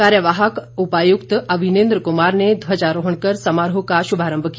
कार्यवाहक उपायुक्त अवनिन्द्र कुमार ने ध्वजारोहण कर समारोह का शुभारंभ किया